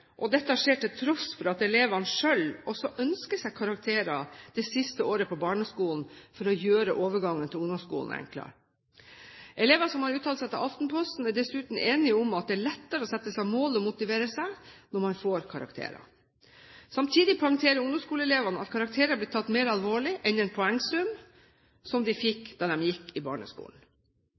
Dette skjer til tross for at elevene selv også ønsker seg karakterer det siste året på barneskolen for å gjøre overgangen til ungdomsskolen enklere. Elever som har uttalt seg til Aftenposten, er dessuten enige om at det er lettere å sette seg mål og motivere seg når man får karakterer. Samtidig poengterer ungdomsskoleelevene at karakterer blir tatt mer alvorlig enn en poengsum, som de fikk da de gikk i barneskolen.